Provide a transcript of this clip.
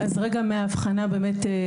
אז רגע מהבחנה באמת,